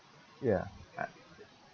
ya uh